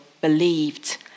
believed